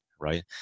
right